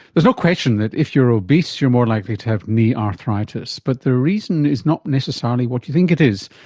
there's no question that if you're obese, you're more likely to have knee arthritis. but the reason is not necessarily what you think it is,